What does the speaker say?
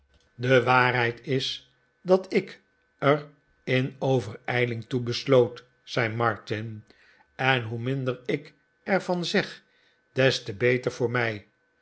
de waarheid is dat ik er in overijling toe besloot zei martin en hoe minder ik er van zeg des te beter voor mij